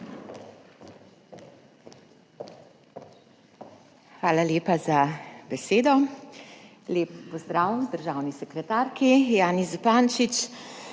Hvala lepa za besedo. Lep pozdrav državni sekretarki Janji Zupančič,